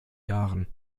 jahren